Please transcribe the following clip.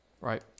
right